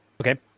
Okay